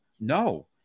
No